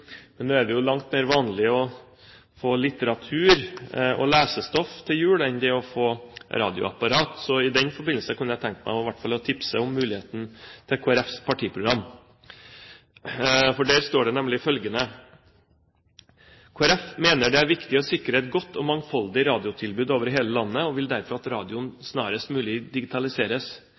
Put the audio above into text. enn radioapparat. I den forbindelse kunne jeg tenke meg å tipse om Kristelig Folkepartis partiprogram. Der står det nemlig følgende: «KrF mener det er viktig å sikre et godt og mangfoldig radiotilbud over hele landet, og vil derfor at radioen snarest mulig digitaliseres.